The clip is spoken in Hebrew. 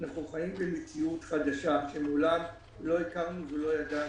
אנחנו חיים במציאות חדשה שמעולם לא הכרנו ולא ידענו.